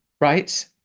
right